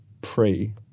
pre